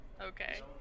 Okay